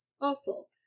awful